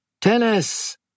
Tennis